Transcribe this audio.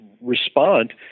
respond